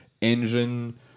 engine